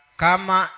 kama